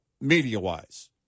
media-wise